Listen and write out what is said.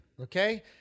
okay